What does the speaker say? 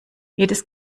jedes